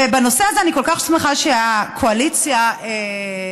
ובנושא הזה אני כל כך שמחה שהקואליציה התגבשה,